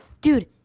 Dude